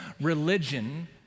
religion